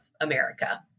America